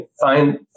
find